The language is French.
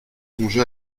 songé